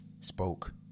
spoke